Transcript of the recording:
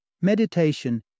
Meditation